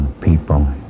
people